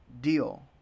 deal